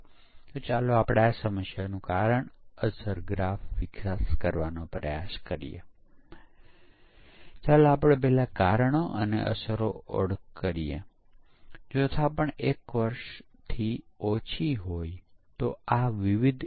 ભૂલનો બીજો પ્રકાર programming bug હોઈ શકે છે ચાલો આપણે કહીએ કે પ્રોગ્રામર કેટલાક ચલ ની અદલા બદલી કરી નાખે છે i ને બદલે તે k નો ઉપયોગ કરે છું અથવા કદાચ તેની લૂપની શરતો બરાબર લખાણી નથી